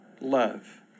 Love